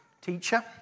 teacher